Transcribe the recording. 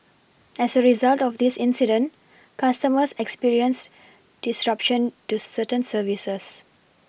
as a result of this incident customers experienced disruption to certain services